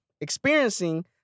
experiencing